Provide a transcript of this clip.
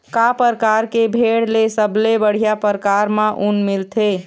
का परकार के भेड़ ले सबले बढ़िया परकार म ऊन मिलथे?